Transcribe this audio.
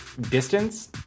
distance